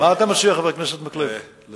חבר הכנסת מקלב, מה אתה מציע?